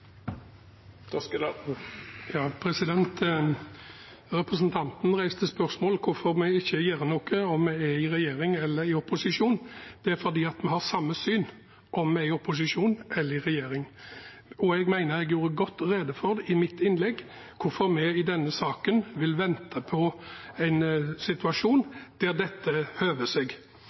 Representanten reiste spørsmål om hvorfor vi ikke gjør noe, om vi er i regjering eller i opposisjon. Det er fordi vi har samme syn om vi er i opposisjon eller i regjering. Jeg mener jeg i mitt innlegg gjorde godt rede for hvorfor vi i denne saken vil vente på en situasjon der dette høver seg.